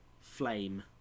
flame